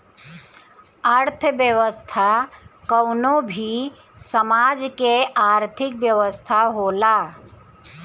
अर्थव्यवस्था कवनो भी समाज के आर्थिक व्यवस्था होला